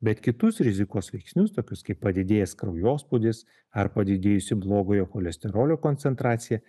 bet kitus rizikos veiksnius tokius kaip padidėjęs kraujospūdis ar padidėjusi blogojo cholesterolio koncentracija